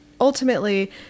ultimately